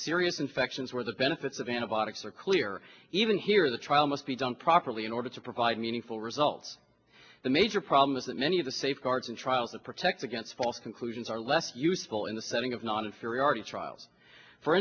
serious infections where the benefits of antibiotics are clear even here the trial must be done properly in order to provide meaningful results the major problem is that many of the safeguards in trials to protect against false conclusions are less useful in the setting of non